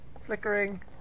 flickering